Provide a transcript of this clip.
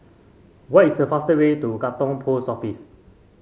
what is the fastest way to Katong Post Office